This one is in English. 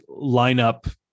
lineup